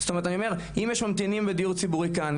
אני אומר אם יש ממתינים בדיור ציבורי כאן,